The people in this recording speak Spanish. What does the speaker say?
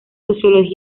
sociología